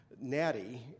Natty